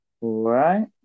Right